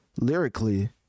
lyrically